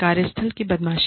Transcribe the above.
कार्यस्थल की बदमाशी